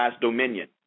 dominion